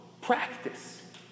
practice